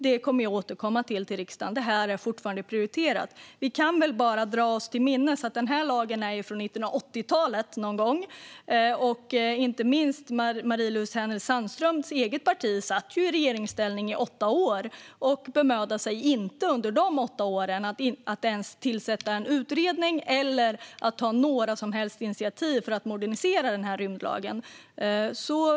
Det är fortfarande prioriterat. Vi kan väl dra oss till minnes att den här lagen är från 1980-talet. Inte minst Marie-Louise Hänel Sandströms eget parti satt ju i regeringsställning i åtta år, men bemödade sig inte under de åtta åren om att ens tillsätta en utredning eller ta några som helst initiativ för att modernisera rymdlagen.